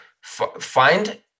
find